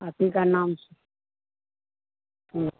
आप ही का नाम हाँ